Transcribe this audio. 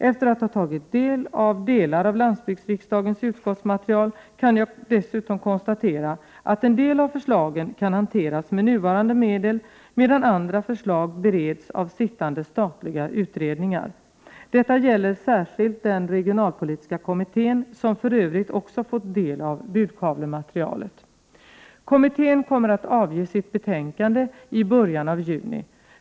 Efter att ha tagit del av delar av landsbygdsriksdagens utskottsmaterial kan jag dessutom konstatera, att en del av förslagen kan hanteras med nuvarande medel, medan andra förslag bereds av sittande statliga utredningar. Detta gäller särskilt den regionalpolitiska kommittén, som för övrigt också fått del av budkavlematerialet. Kommittén kommer att avge sitt betänkande i början av juni.